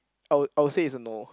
I'll I'll say it's a no